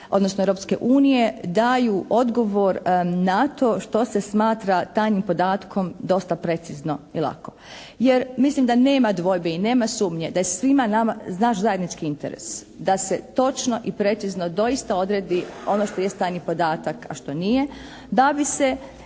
odnosno Europske unije daju odgovor na to što se smatra tajnim podatkom dosta precizno i lako. Jer mislim da nema dvojbe i nema sumnje da je svima nama, naš zajednički interes da se točno i precizno doista odredi ono što jest tajni podatak, a što nije da bi se